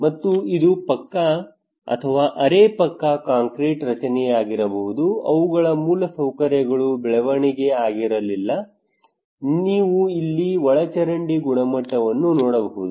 ಮತ್ತು ಇದು ಪಕ್ಕಾ ಅಥವಾ ಅರೆ ಪಕ್ಕಾ ಕಾಂಕ್ರೀಟ್ ರಚನೆಯಾಗಿರಬಹುದು ಅವುಗಳ ಮೂಲಸೌಕರ್ಯಗಳು ಬೆಳವಣಿಗೆ ಆಗಿರಲಿಲ್ಲ ನೀವು ಇಲ್ಲಿ ಒಳಚರಂಡಿ ಗುಣಮಟ್ಟವನ್ನು ನೋಡಬಹುದು